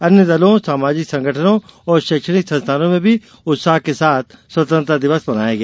अन्य दलों सामाजिक संगठनों और शैक्षणिक संस्थाओं में भी उत्साह के साथ स्वतंत्रता दिवस मनाया गया